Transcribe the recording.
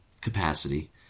capacity